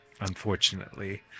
unfortunately